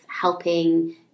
helping